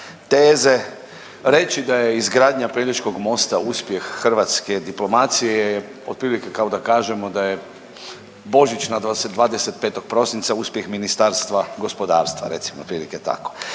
teze, reći da je izgradnja Pelješkog mosta uspjeh hrvatske diplomacije je otprilike kao da kažemo da je Božić na 25. prosinca uspjeh Ministarstva gospodarstva, recimo otprilike tako.